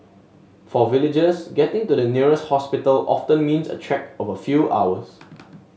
for villagers getting to the nearest hospital often means a trek of a few hours